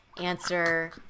answer